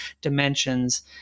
dimensions